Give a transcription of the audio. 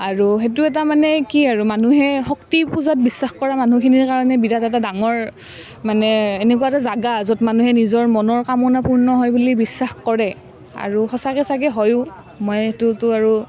আৰু সেইটো এটা মানে কি আৰু মানুহে শক্তি পূজাত বিশ্বাস কৰা মানুহখিনিৰ কাৰণে বিৰাট এটা ডাঙৰ মানে এনেকুৱা এটা জেগা য'ত মানুহে নিজৰ মনৰ কামনা পূৰ্ণ হয় বুলি বিশ্বাস কৰে আৰু সঁচাকে চাগে হয়ো মইতোতো আৰু